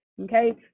Okay